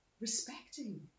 respecting